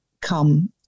come